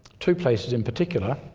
two places in particular